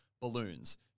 Balloons